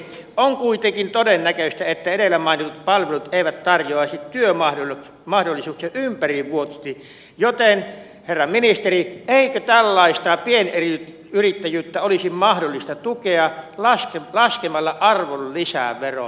on kuitenkin todennäköistä että edellä mainitut palvelut eivät tarjoaisi työmahdollisuuksia ympärivuotisesti joten herra ministeri eikö tällaista pienyrittäjyyttä olisi mahdollista tukea laskemalla arvonlisäveron alarajaa